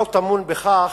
אינו טמון בכך,